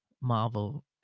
Marvel